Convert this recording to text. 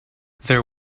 there